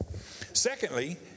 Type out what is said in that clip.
Secondly